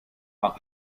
par